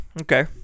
Okay